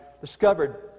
discovered